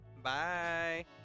Bye